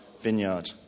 vineyard